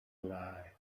lie